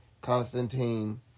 Constantine